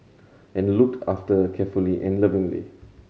and looked after carefully and lovingly